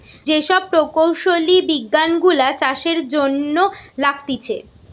যে সব প্রকৌশলী বিজ্ঞান গুলা চাষের জন্য লাগতিছে